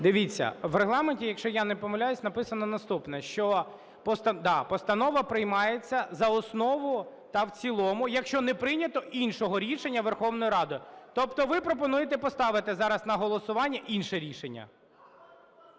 Дивіться, в Регламенті, якщо я не помиляюсь, написано наступне, що, да, постанова приймається за основу та в цілому, якщо не прийнято іншого рішення Верховною Радою. Тобто ви пропонуєте поставити зараз на голосування інше рішення.